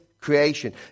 creation